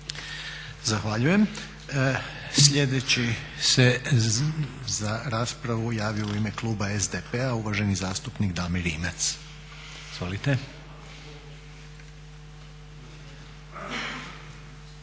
Zahvaljujem. Sljedeći se za raspravu javio u ime kluba SDP-a uvaženi zastupnik Damir Rimac. Izvolite.